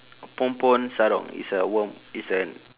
pon pon sarong it's a worm it's a